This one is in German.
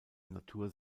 natur